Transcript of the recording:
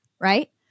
right